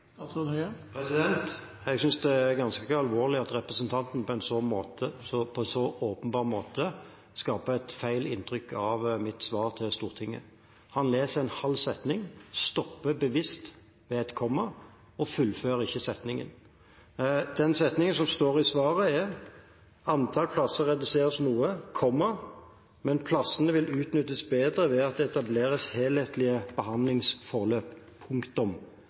Jeg synes det er ganske alvorlig at representanten på en så åpenbar måte skaper et feil inntrykk av mitt svar til Stortinget. Han leser en halv setning, stopper bevisst ved et komma og fullfører ikke setningen. Setningen som står i svaret, er: «Antall plasser reduseres noe, men plassene vil utnyttes bedre ved at det etableres helhetlige behandlingsforløp.»